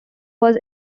was